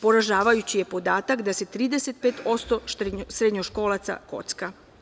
Poražavajući je podatak da se 35% srednjoškolaca kocka.